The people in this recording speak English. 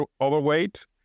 overweight